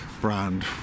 brand